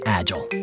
agile